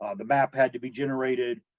um the map had to be generated,